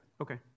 Okay